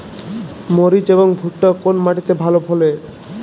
মরিচ এবং ভুট্টা কোন মাটি তে ভালো ফলে?